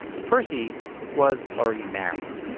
percy was already married.